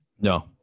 no